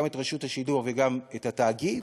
גם את שידור השידור וגם את התאגיד,